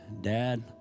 Dad